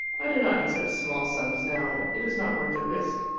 i do not accept small sums now. it is not worth the risk.